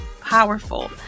powerful